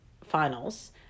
finals